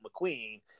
McQueen